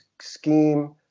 scheme